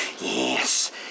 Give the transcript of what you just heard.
yes